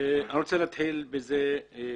אני רוצה להתחיל ולומר